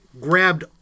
grabbed